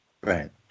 right